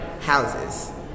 houses